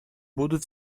будут